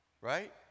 right